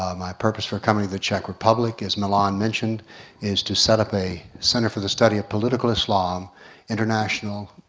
my purpose for coming the czech republic as milan mentioned is to set up a center for the study of political islam international,